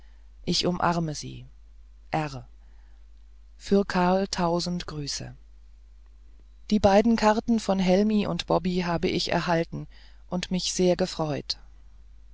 ich umarme sie r für karl tausend herzliche grüße die beiden karten von helmi und bobbi habe ich erhalten und mich sehr gefreut